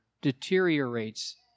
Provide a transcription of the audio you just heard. deteriorates